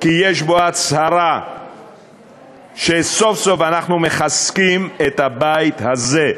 כי יש בו הצהרה שסוף-סוף אנחנו מחזקים את הבית הזה,